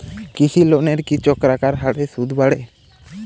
কৃষি লোনের কি চক্রাকার হারে সুদ বাড়ে?